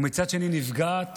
ומצד שני נפגעת.